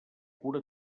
cura